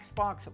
Xbox